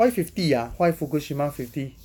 why fifty ah why fukushima fifty